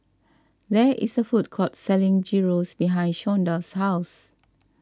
there is a food court selling Gyros behind Shonda's house